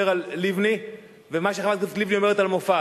על לבני ומה שחברת הכנסת לבני אומרת על מופז,